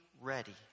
ready